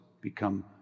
become